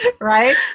Right